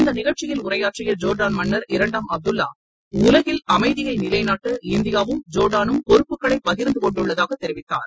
இந்த நிகழ்ச்சியில் உரையாற்றிய ஜோர்டான் மன்னர் இரண்டாம் அப்துல்லா உலகில் அமைதியை நிலைநாட்ட இந்தியாவும் ஜோர்டாலும் பொறுப்புகளை பகிர்ந்து கொண்டுள்ளதாக தெரிவித்தார்